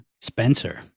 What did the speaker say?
Spencer